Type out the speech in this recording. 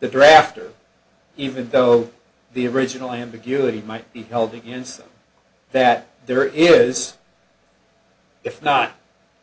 the draft or even though the original ambiguity might be held against them that there is if not